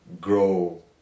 grow